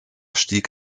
stieg